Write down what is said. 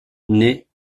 née